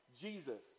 Jesus